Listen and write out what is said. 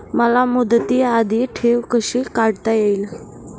मला मुदती आधी ठेव कशी काढता येईल?